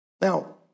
Now